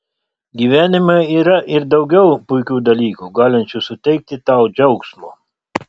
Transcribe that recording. gyvenime yra ir daugiau puikių dalykų galinčių suteikti tau džiaugsmo